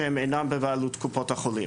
שהם אינם בבעלות בתי החולים.